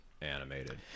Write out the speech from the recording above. animated